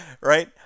Right